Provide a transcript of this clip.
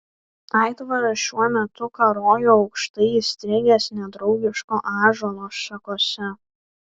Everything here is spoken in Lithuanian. aitvaras šiuo metu karojo aukštai įstrigęs nedraugiško ąžuolo šakose